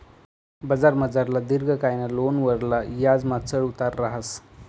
बजारमझारला दिर्घकायना लोनवरला याजमा चढ उतार रहास